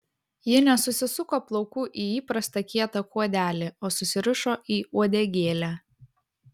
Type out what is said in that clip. ji nesusisuko plaukų į įprastą kietą kuodelį o susirišo į uodegėlę